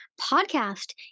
podcast